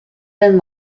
been